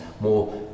more